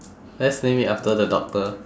let's name it after the doctor